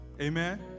amen